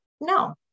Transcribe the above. no